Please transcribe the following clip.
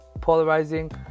polarizing